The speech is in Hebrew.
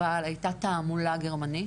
אבל הייתה תעמולה גרמנית